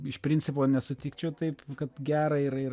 iš principo nesutikčiau taip kad gera ir ir